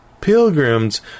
pilgrims